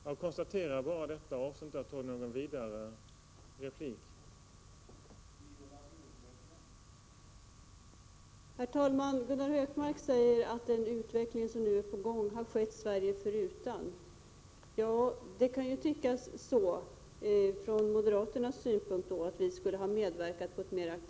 Jag konstaterar bara detta och avser inte att gå vidare i debatten.